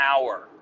hour